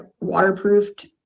waterproofed